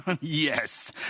Yes